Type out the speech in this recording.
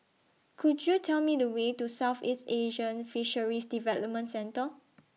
Could YOU Tell Me The Way to Southeast Asian Fisheries Development Centre